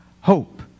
hope